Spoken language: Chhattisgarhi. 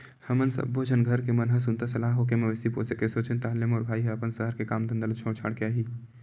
हमन सब्बो झन घर के मन ह सुनता सलाह होके मवेशी पोसे के सोचेन ताहले मोर भाई ह अपन सहर के काम धंधा ल छोड़ छाड़ के आही